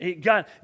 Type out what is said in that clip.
God